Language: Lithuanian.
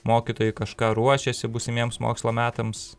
mokytojai kažką ruošiasi būsimiems mokslo metams